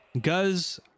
Guz